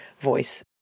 voice